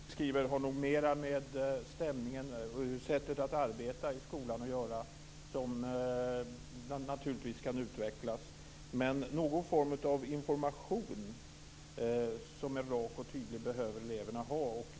Fru talman! De problem, fru talman, som Britt Marie Danestig beskriver har nog mera med stämningen och sättet att arbeta i skolan att göra, vilket naturligtvis kan utvecklas. Någon form av information som är rak och tydlig behöver eleverna ha.